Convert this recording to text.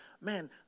man